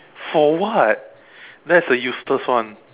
for what that's a useless one